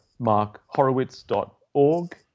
markhorowitz.org